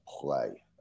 play